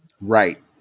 Right